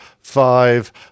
five